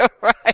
Right